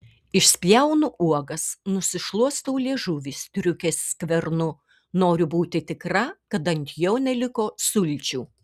išspjaunu uogas nusišluostau liežuvį striukės skvernu noriu būti tikra kad ant jo neliko sulčių